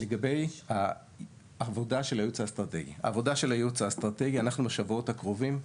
לגבי העבודה של הייעוץ האסטרטגי, בשבועות הקרובים,